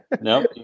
No